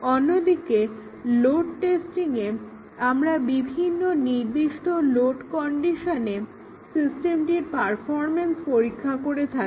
অন্যদিকে লোড টেস্টিংয়ে আমরা বিভিন্ন নির্দিষ্ট লোড কন্ডিশনে সিস্টেমটির পারফরম্যান্স পরীক্ষা করে দেখি